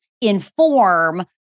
inform